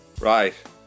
Right